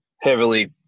heavily